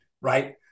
right